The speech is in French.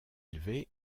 élevées